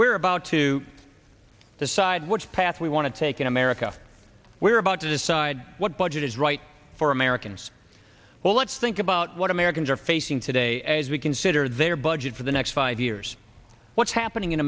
we're about to decide which path we want to take in america we're about to decide what budget is right for americans well let's think about what americans are facing today as we consider their budget for the next five years what's happening in